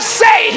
say